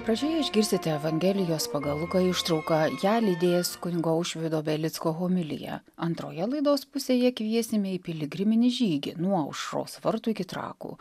pradžioje išgirsite evangelijos pagal luką ištrauką ją lydės kunigo aušvydo belicko homilija antroje laidos pusėje kviesime į piligriminį žygį nuo aušros vartų iki trakų